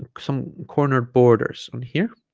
some corner borders on here